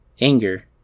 anger